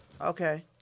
Okay